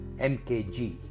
MKG